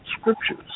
scriptures